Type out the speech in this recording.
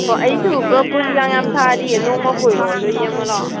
ꯑꯣ ꯑꯩꯁꯨ ꯕ꯭ꯔꯣꯀꯣꯂꯤꯒ ꯌꯥꯝ ꯊꯥꯔꯤꯌꯦ ꯅꯣꯡꯃꯥ ꯀꯣꯏꯔꯛꯑꯣ ꯑꯗꯨꯒ ꯌꯦꯡꯉꯨ ꯂꯥꯛꯑꯣ